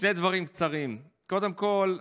שני דברים קצרים: קודם כול,